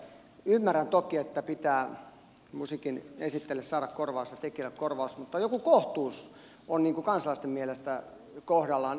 ymmärrän toki että pitää musiikin esittäjille saada korvaus ja tekijälle korvaus mutta joku kohtuus on kansalaisten mielestä kohdallaan